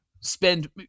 Spend